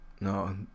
No